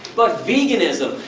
but veganism,